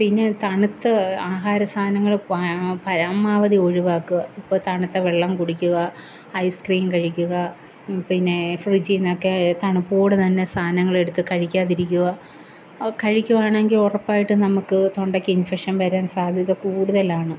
പിന്നെ തണുത്ത ആഹാര സാധനങ്ങൾ ആ പരമാവധി ഒഴിവാക്കുക ഇപ്പോൾ തണുത്ത വെള്ളം കുടിക്കുക ഐസ് ക്രീം കഴിക്കുക പിന്നെ ഫ്രിഡ്ജിൽ നിന്നൊക്കെ തണുപ്പോട് തന്നെ സാധനങ്ങളെടുത്ത് കഴിക്കാതിരിക്കുക കഴിക്കുകയാണെങ്കിൽ ഉറപ്പായിട്ടും നമുക്ക് തൊണ്ടയ്ക്ക് ഇൻഫെക്ഷൻ വരാൻ സാധ്യത കൂടുതലാണ്